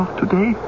today